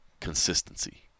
consistency